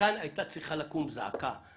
כאן הייתה צריכה לקום זעקה.